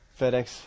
FedEx